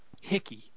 hickey